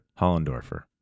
Hollendorfer